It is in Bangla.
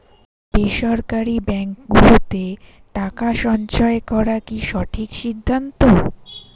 বেসরকারী ব্যাঙ্ক গুলোতে টাকা সঞ্চয় করা কি সঠিক সিদ্ধান্ত?